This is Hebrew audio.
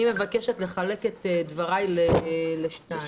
מבקשת לחלק את דבריי לשניים.